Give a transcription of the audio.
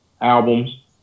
albums